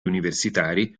universitari